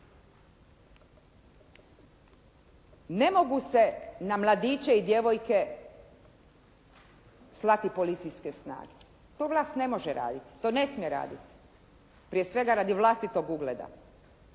Ne mogu se na mladiće i djevojke slati policijske snage. To vlast ne može raditi, to vlast ne smije raditi. Prije svega radi vlastitog ugleda,